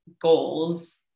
goals